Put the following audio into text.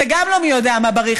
זה גם לא מי יודע מה בריא.